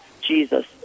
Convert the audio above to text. Jesus